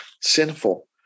sinful